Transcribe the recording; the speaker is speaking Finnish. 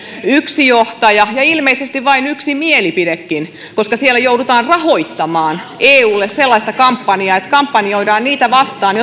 yksi johtaja ja ilmeisesti vain yksi mielipidekin koska siellä joudutaan rahoittamaan eulle sellaista kampanjaa että kampanjoidaan niitä vastaan